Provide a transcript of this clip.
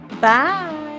Bye